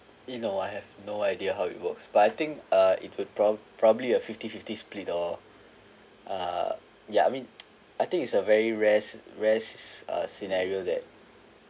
you know I have no idea how it works but I think uh it would prob~ probably a fifty fifty split or uh ya I mean I think is a very rares rares uh scenario that